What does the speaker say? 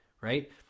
right